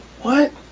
what?